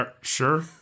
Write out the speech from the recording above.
Sure